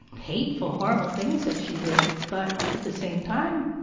hateful horrible things that she did, but at the same time,